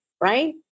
Right